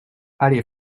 allée